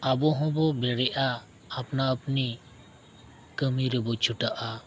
ᱟᱵᱚ ᱦᱚᱸᱵᱚ ᱵᱮᱨᱮᱜᱼᱟ ᱟᱯᱱᱟᱼᱟᱯᱱᱤ ᱠᱟᱹᱢᱤ ᱨᱮᱵᱚ ᱪᱷᱩᱴᱟᱹᱜᱼᱟ